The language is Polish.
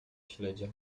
śledzia